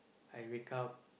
I wake up